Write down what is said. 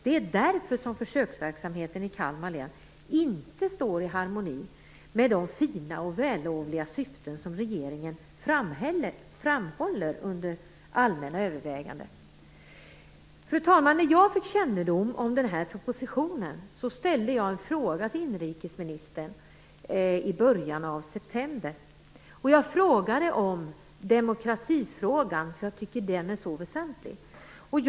Det är därför som försöksverksamheten i Kalmar län inte är i harmoni med de fina och vällovliga syften som regeringen framhåller under "Allmänna överväganden". Fru talman! När jag fick kännedom om den här propositionen ställde jag en fråga till inrikesministern om demokratifrågan, för jag tycker att den är så väsentlig. Det var i början av september.